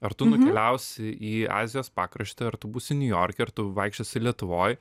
ar tu nukeliausi į azijos pakraštį ar tu būsi niujorke ar tu vaikščiosi lietuvoj